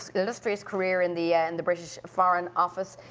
so illustrious career in the ah and the british foreign office,